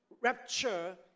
rapture